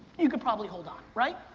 you could probably hold on, right?